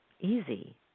easy